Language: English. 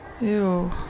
Ew